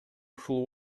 ушул